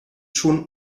schon